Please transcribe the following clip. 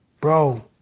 bro